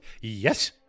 Yes